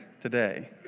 today